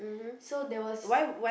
so there was